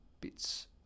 bits